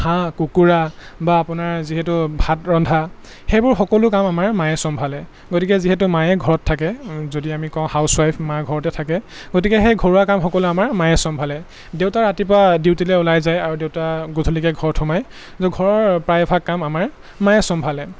হাঁহ কুকুৰা বা আপোনাৰ যিহেতু ভাত ৰন্ধা সেইবোৰ সকলো কাম আমাৰ মায়ে চম্ভালে গতিকে যিহেতু মায়ে ঘৰত থাকে যদি আমি কওঁ হাউচৱাইফ মা ঘৰতে থাকে গতিকে সেই ঘৰুৱা কাম সকলো আমাৰ মায়ে চম্ভালে দেউতা ৰাতিপুৱা ডিউটিলৈ ওলাই যায় আৰু দেউতা গধূলিকৈ ঘৰত সোমায় ঘৰৰ প্ৰায়ভাগ কাম আমাৰ মায়ে চম্ভালে